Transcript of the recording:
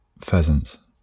Pheasants